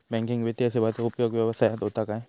Banking वित्तीय सेवाचो उपयोग व्यवसायात होता काय?